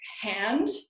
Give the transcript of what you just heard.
hand